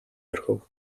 орхив